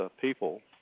people